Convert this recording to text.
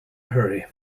hurry